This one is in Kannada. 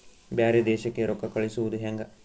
ಬ್ಯಾರೆ ದೇಶಕ್ಕೆ ರೊಕ್ಕ ಕಳಿಸುವುದು ಹ್ಯಾಂಗ?